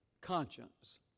conscience